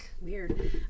weird